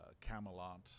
Camelot